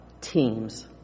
teams